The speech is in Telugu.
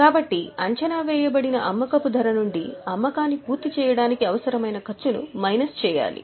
కాబట్టి అంచనా వేయబడిన అమ్మకపు ధర నుండి అమ్మకాన్ని పూర్తి చేయడానికి అవసరమైన ఖర్చును మైనస్ చేయాలి